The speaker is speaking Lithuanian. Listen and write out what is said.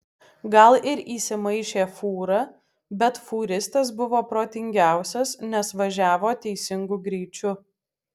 gal ir įsimaišė fūra bet fūristas buvo protingiausias nes važiavo teisingu greičiu